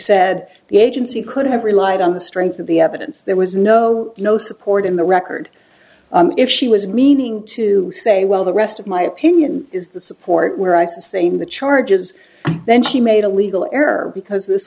said the agency could have relied on the strength of the evidence there was no no support in the record if she was meaning to say well the rest of my opinion is the support where isis same the charges then she made a legal error because this